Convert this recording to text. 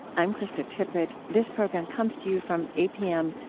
i'm krista tippett. this program comes to you from apm,